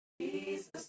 Jesus